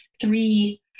three